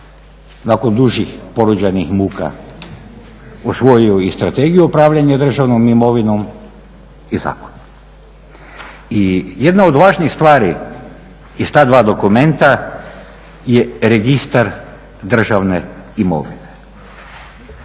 nakon dužih porođajnih muka usvojio i Strategiju upravljanja državnom imovinom i zakon. I jedna od važnih stvari iz ta dva dokumenta je Registar državne imovine.